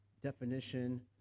definition